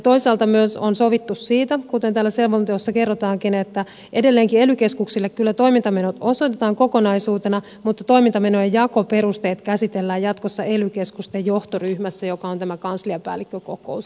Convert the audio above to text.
toisaalta myös on sovittu siitä kuten täällä selonteossa kerrotaankin että edelleenkin ely keskuksille kyllä toimintamenot osoitetaan kokonaisuutena mutta toimintamenojen jakoperusteet käsitellään jatkossa ely keskusten johtoryhmässä joka on tämä kansliapäällikkökokous